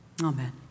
Amen